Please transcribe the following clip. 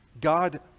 God